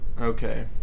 Okay